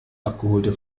abgeholte